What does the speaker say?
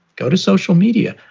go to social media,